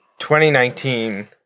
2019